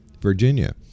Virginia